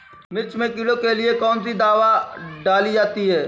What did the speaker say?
मिर्च में कीड़ों के लिए कौनसी दावा डाली जाती है?